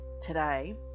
today